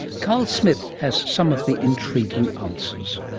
carl smith has some of the intriguing answers.